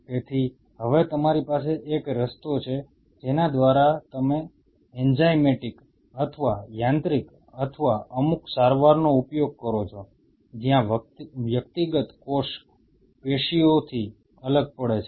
તેથી હવે તમારી પાસે એક રસ્તો છે જેના દ્વારા તમે એન્ઝાઇમેટિક અથવા યાંત્રિક અથવા અમુક સારવારનો ઉપયોગ કરો છો જ્યાં વ્યક્તિગત કોષ પેશીઓથી અલગ પડે છે